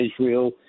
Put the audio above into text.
Israel